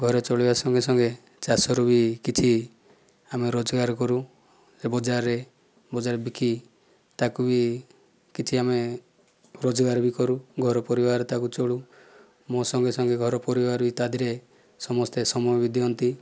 ଘରେ ଚାଳିବା ସଙ୍ଗେ ସଙ୍ଗେ ଚାଷରୁ ହିଁ କିଛି ଆମେ ରୋଜଗାର କରୁ ଓ ବଜାରରେ ବିକି ତାକୁ ବି କିଛି ଆମେ ରୋଜଗାର କରୁ ଘର ପରିବାର ତାକୁ ଚଳୁ ମୋ ସଙ୍ଗେ ସଙ୍ଗେ ଘର ପରିବାରବି ତା ଦେହରେ ସମସ୍ତେ ସମୟ ବି ଦିଅନ୍ତି